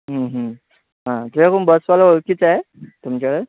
हां तुझा कोण बसवाला ओळखीचा आहे तुमच्या